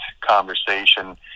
conversation